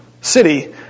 city